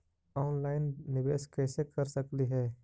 Online निबेस कैसे कर सकली हे?